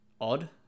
odd